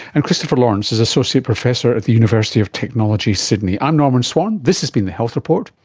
and christopher lawrence is associate professor at the university of technology, sydney. i'm norman swan, this has been the health report,